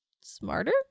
smarter